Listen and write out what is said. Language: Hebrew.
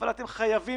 אבל אתם חייבים